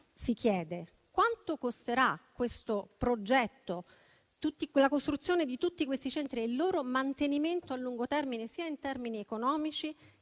pertanto, quanto costerà questo progetto che prevede la costruzione di tutti questi centri e il loro mantenimento a lungo termine sia in termini economici,